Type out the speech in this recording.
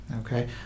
Okay